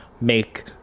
make